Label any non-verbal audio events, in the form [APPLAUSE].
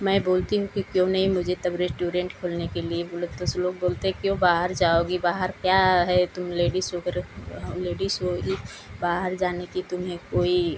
मैं बोलती हूँ कि क्यों नही मुझे तब रेश्टोरेंट खोलने के लिए बोले तो उसपे लोग बोलते है क्यों बाहर जाओगी बाहर क्या है तुम लेडीस होकर लेडीस [UNINTELLIGIBLE] बाहर जाने की तुम्हें कोई